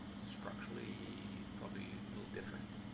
structurally probably a little different.